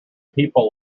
people